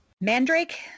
Mandrake